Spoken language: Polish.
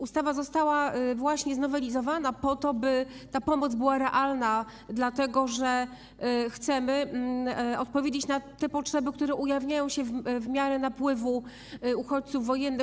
Ustawa została właśnie znowelizowana, po to by ta pomoc była realna, dlatego że chcemy odpowiedzieć na potrzeby, które ujawniają się szczególnie w miarę napływu uchodźców wojennych.